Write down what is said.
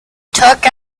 took